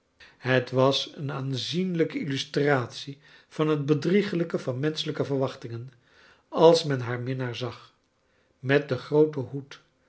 het was een aanzienlijke illustrate van het bedriegelijke van menschelijke verwachtingen als men haar minnaar zag met den grooten hoed